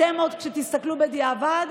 כשתסתכלו בדיעבד,